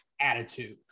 attitude